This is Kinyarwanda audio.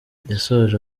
yashoje